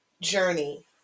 Journey